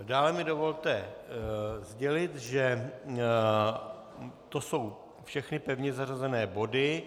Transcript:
Dále mi dovolte sdělit, že to jsou všechny pevně zařazené body.